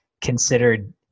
considered